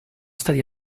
stati